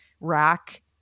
rack